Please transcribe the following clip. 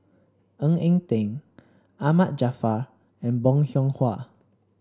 Ng Eng Teng Ahmad Jaafar and Bong Hiong Hwa